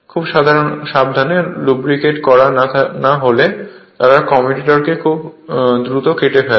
খুব সাবধানে লুব্রিকেট করা না হলে তারা কমিউটারকে খুব দ্রুত কেটে ফেলে